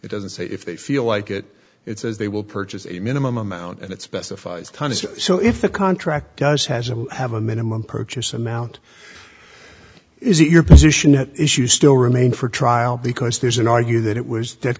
it doesn't say if they feel like it it says they will purchase a minimum amount and it specifies so if the contract does has a have a minimum purchase amount is it your position at issue still remain for trial because there's an argue that it was